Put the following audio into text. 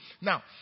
Now